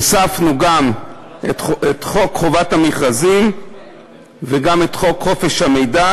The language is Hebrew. הוספנו גם את חוק חובת המכרזים וגם את חוק חופש המידע,